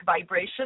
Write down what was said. vibration